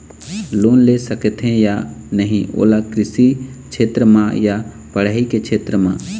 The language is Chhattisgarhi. लोन ले सकथे या नहीं ओला कृषि क्षेत्र मा या पढ़ई के क्षेत्र मा?